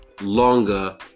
longer